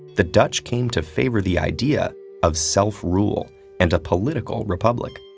the dutch came to favor the idea of self-rule and a political republic.